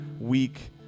week